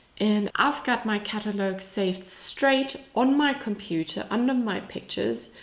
and i have got my catalogue saved straight on my computer. under my pictures,